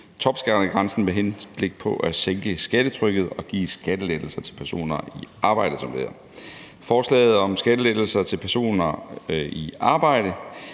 topskattegrænsen med henblik på at sænke skattetrykket og give skattelettelser til personer i arbejde, som det hedder. Forslaget om skattelettelser til personer i arbejde